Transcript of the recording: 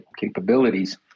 capabilities